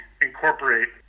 incorporate